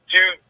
Two